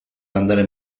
landare